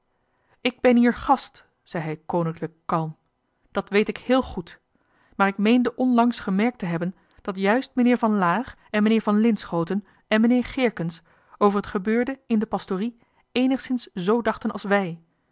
ik ben hier gast zei hij koninklijk kalm dat weet ik heel goed maar ik meende onlangs gemerkt te hebben dat juist meneer van laer en meneer van linschooten en meneer geerkens over het gebeurde in de pastorie éénigszins zoo dachten als wij